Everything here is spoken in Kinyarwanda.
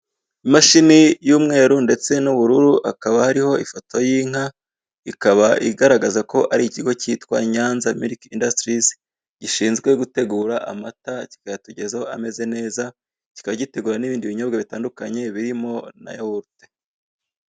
Imashini y'umweru ndetse n'ubururu akaba hariho ifoto y'inka, ikaba igaragaza ikigo kitwa nyanza miliki indasitirizi, gishinzwe gutegura amata kikayatugezaho ameze neza, kikaba gitegura n'ibindi binyobwa bitandukanye birimo na yawurute.